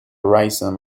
rhizome